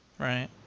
Right